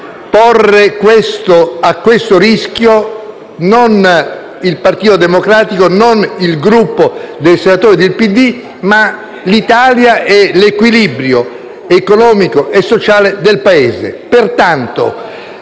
sottoporre a questo rischio non il Partito Democratico, non il Gruppo dei senatori del PD, ma l'Italia e l'equilibrio economico e sociale del Paese.